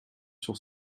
sur